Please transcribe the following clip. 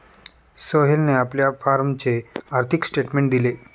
सोहेलने आपल्या फॉर्मचे आर्थिक स्टेटमेंट दिले